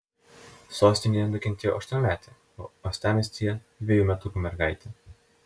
sostinėje nukentėjo aštuonmetė o uostamiestyje dvejų metukų mergaitė